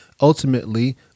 Ultimately